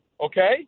okay